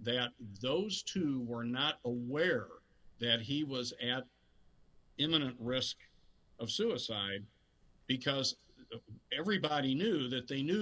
that those two were not aware that he was an imminent risk of suicide because everybody knew that they knew